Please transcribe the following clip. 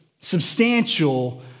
substantial